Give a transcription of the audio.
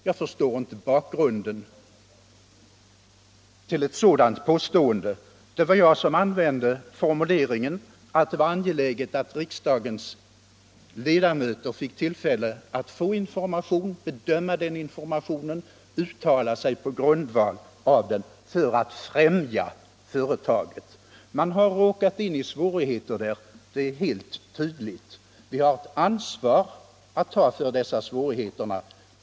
Jag förstår inte bakgrunden till herr Svanbergs resonemang. Det var jag som använde formuleringen att det är angeläget att riksdagens ledamöter ges tillfälle att få information, bedöma den informationen och uttala sig på grundval av den, just för att främja företaget. Man har råkat in i svårigheter i Luleå. Det är helt tydligt. Vi har ett ansvar att dessa svårigheter bemästras.